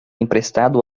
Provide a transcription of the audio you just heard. emprestado